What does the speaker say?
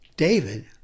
David